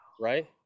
right